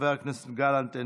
חבר הכנסת גלנט,